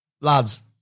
lads